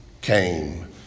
came